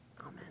Amen